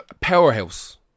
Powerhouse